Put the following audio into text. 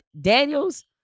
Daniels